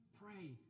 Pray